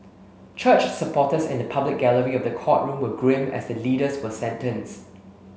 church supporters in the public gallery of the courtroom were grim as the leaders were sentenced